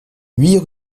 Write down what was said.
huit